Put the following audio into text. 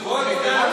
איפה החברים שלכם?